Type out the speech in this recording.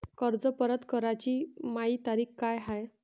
कर्ज परत कराची मायी तारीख का हाय?